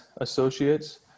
associates